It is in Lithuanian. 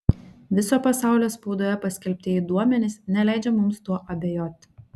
viso pasaulio spaudoje paskelbtieji duomenys neleidžia mums tuo abejoti